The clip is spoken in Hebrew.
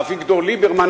אביגדור ליברמן,